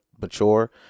mature